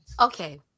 Okay